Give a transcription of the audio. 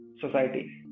society